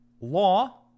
law